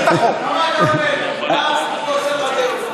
אתה מכיר את החוק.